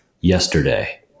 yesterday